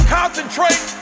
concentrate